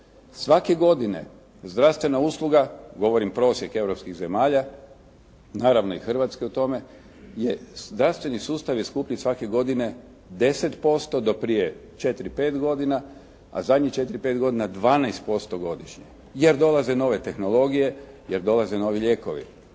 Svake godine zdravstvena usluga, govorim prosjek europskih zemalja, naravno i Hrvatske u tome je, zdravstveni sustav je skuplji svake godine 10% do prije 4, 5 godina, a zadnjih 4, 5 godina 12% godišnje jer dolaze nove tehnologije, jer dolaze novi lijekovi.